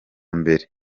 mbere